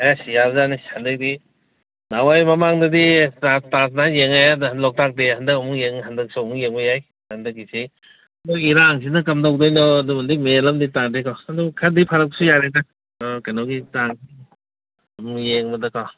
ꯑꯦ ꯌꯥꯕꯖꯥꯠꯅꯤ ꯍꯟꯗꯛꯇꯤ ꯅꯍꯥꯟꯋꯥꯏ ꯃꯃꯥꯡꯗꯗꯤ ꯇꯥꯖ ꯅꯥꯏꯠ ꯌꯦꯡꯉꯛꯑꯦ ꯑꯗ ꯂꯣꯛꯇꯥꯛ ꯗꯦ ꯍꯟꯗꯛ ꯑꯃꯨꯛ ꯍꯟꯗꯛꯁꯨ ꯑꯃꯨꯛ ꯌꯦꯡꯕ ꯌꯥꯏ ꯍꯟꯗꯛꯀꯤꯁꯤ ꯃꯣꯏꯒꯤ ꯏꯔꯥꯡꯁꯤꯅ ꯀꯝꯗꯧꯗꯣꯏꯅꯣ ꯑꯗꯨꯕꯨꯗꯤ ꯃꯦꯟ ꯑꯝꯗꯤ ꯇꯥꯗꯦꯀꯣ ꯑꯗꯨꯕꯨ ꯈꯔꯗꯤ ꯐꯔꯛꯄꯁꯨ ꯌꯥꯔꯦꯗ ꯀꯩꯅꯣꯒꯤ ꯇꯥꯖ ꯌꯦꯡꯕꯗꯀꯣ